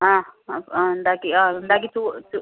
ആ ആ ഉണ്ടാക്കി ആ ഉണ്ടാക്കി